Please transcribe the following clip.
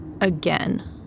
again